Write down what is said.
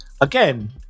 again